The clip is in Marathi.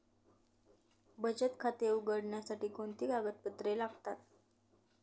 बचत खाते उघडण्यासाठी कोणती कागदपत्रे लागतात?